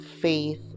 faith